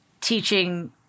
teaching